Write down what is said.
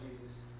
Jesus